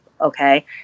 okay